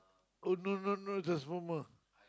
oh no no no there's one more